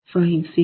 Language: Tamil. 256 229